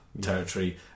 territory